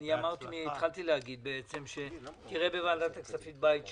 התחלתי להגיד שתראה בוועדת הכספים בית שלך.